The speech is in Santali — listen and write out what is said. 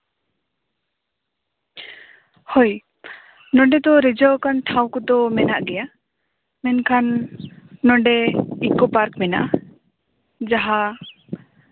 ᱦᱳᱭ ᱱᱚᱸᱰᱮ ᱫᱚ ᱨᱤᱡᱷᱟᱹᱣᱟᱠᱟᱱ ᱴᱷᱟᱶ ᱠᱚᱫᱚ ᱢᱮᱱᱟᱜ ᱜᱮᱭᱟ ᱢᱮᱱᱠᱷᱟᱱ ᱱᱚᱸᱰᱮ ᱤᱠᱳ ᱯᱟᱨᱠ ᱢᱮᱱᱟᱜᱼᱟ ᱡᱟᱦᱟᱸ